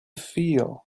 feel